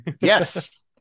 Yes